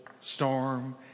storm